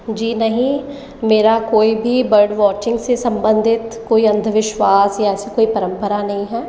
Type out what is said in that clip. जी नहीं मेरा कोई भी वोचिंग से संबंधित कोई अन्धविश्वास या ऐसी कोई परंपरा नहीं है